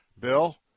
Bill